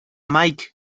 mike